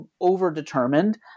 over-determined